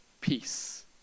peace